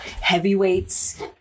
heavyweights